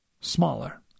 smaller